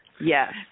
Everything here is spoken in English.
Yes